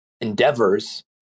endeavors